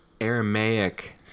Aramaic